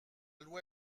loi